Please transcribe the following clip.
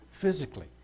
physically